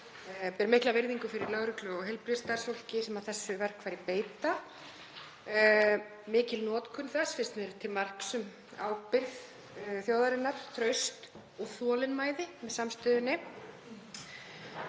ber mikla virðingu fyrir lögreglu og heilbrigðisstarfsfólki sem þessu verkfæri beita. Mikil notkun þess finnst mér til marks um ábyrgð þjóðarinnar, traust og þolinmæði með samstöðunni.